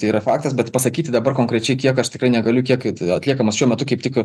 tai yra faktas bet pasakyti dabar konkrečiai kiek aš tikrai negaliu kiek todėl atliekamas šiuo metu kaip tik